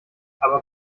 aber